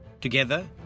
Together